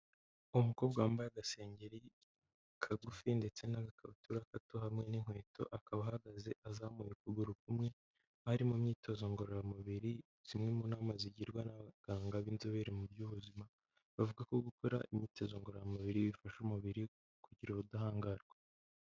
Umukobwa wambaye agasengeri kagufi ndetse n'agakabutura gato hamwe n'inkweto, akaba ahagaze azamuye ukuguru kumwe; ari mu myitozo ngororamubiri; zimwe mu nama zigirwa n'abaganga b'inzobere mu by'ubuzima, bavuga ko gukora imyitozo ngororamubiri bifasha umubiri kugira ubudahangarwa.